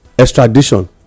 extradition